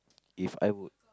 If I would